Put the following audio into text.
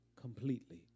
Completely